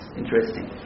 interesting